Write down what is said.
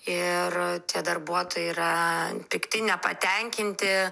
ir tie darbuotojai yra pikti nepatenkinti